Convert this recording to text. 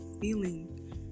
feeling